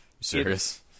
serious